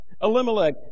Elimelech